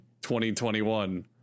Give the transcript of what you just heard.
2021